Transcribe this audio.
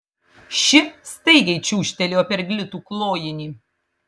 ši staigiai čiūžtelėjo per glitų klojinį